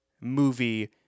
Movie